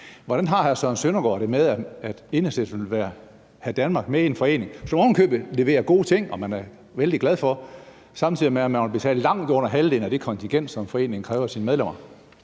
Hvordan har hr. Søren Søndergaard det med, at Enhedslisten vil have Danmark med i en forening, som ovenikøbet leverer gode ting, og som man er vældig glad for, samtidig med at man vil betale langt under halvdelen af det kontingent, som foreningen kræver af sine medlemmer?